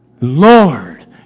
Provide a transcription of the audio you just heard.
Lord